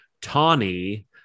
Tawny